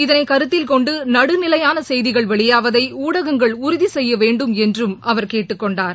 இதனை கருத்தில்கொண்டு நடுநிலையான செய்திகள் வெளியாவதை ஊடகங்கள் உறுதி செய்ய வேண்டும் எனறும் அவர் கேட்டுக் கொண்டார்